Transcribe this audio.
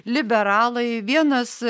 liberalai vienas